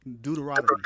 Deuteronomy